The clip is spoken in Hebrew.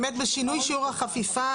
באמת בשיעור שינוי החפיפה,